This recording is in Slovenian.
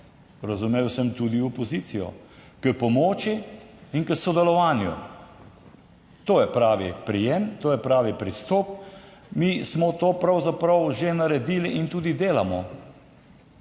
razumel sem tudi opozicijo, k pomoči in k sodelovanju. To je pravi prijem, to je pravi pristop, mi smo to pravzaprav že naredili in tudi delamo,